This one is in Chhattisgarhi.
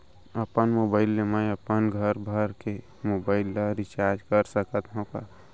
अपन मोबाइल ले मैं अपन घरभर के मोबाइल ला रिचार्ज कर सकत हव का?